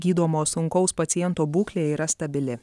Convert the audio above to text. gydomo sunkaus paciento būklė yra stabili